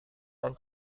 dan